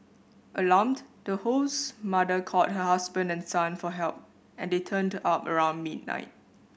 alarmed the host's mother called her husband and son for help and they turned up around midnight